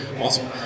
Awesome